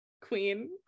Queen